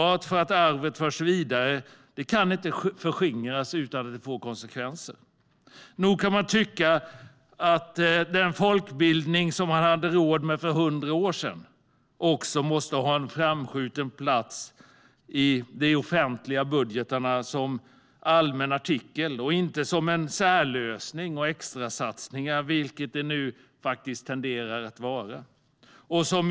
Arvet som ska föras vidare kan inte förskingras utan att det får konsekvenser. Nog kan man tycka att den folkbildning som man hade råd med för hundra år sedan också måste ha en framskjuten plats i de offentliga budgetarna som allmän artikel och inte som en särlösning och extrasatsningar, vilket det nu faktiskt tenderar vara.